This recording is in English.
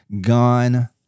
Gone